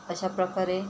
अशा प्रकारे